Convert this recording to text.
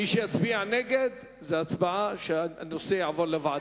מי שיצביע נגד, זה הצבעה בעד שהנושא יעבור לוועדה.